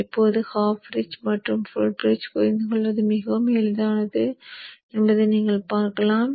இப்போது half bridge மற்றும் full பிரிட்ஜ்ஐ புரிந்துகொள்வது மிகவும் எளிதானது என்பதை நீங்கள் பார்க்கலாம்